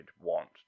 want